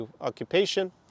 occupation